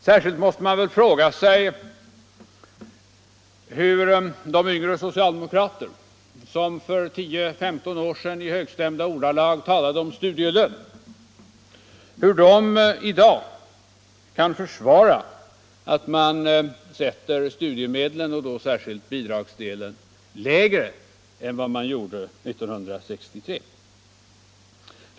Särskilt måste man fråga hur de yngre socialdemokrater, som för 10-15 år sedan i högstämda ordalag talade om studielön, i dag kan försvara att man sätter studiemedlen och då särskilt bidragsdelen lägre än man gjorde 1963.